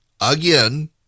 again